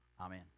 Amen